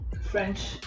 French